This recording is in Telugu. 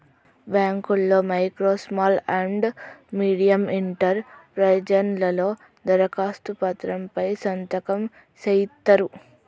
బాంకుల్లో micro small and medium enterprises లలో దరఖాస్తు పత్రం పై సంతకం సేయిత్తరు